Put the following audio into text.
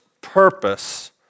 purpose